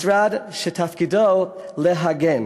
משרד שתפקידו להגן.